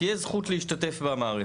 תהיה זכות להשתתף במערכת.